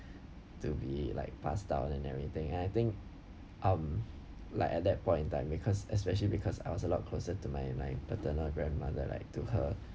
to be like pass down and everything and I think um like at that point in time because especially because I was a lot closer to my my paternal grandmother like to her